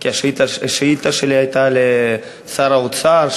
כי השאילתה שלי הייתה לשר האוצר,